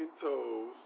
toes